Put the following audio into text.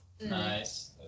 Nice